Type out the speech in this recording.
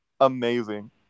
amazing